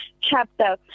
chapter